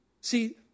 See